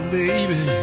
baby